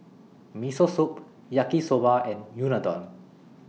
Miso Soup Yaki Soba and Unadon